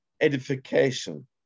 edification